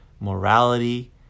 morality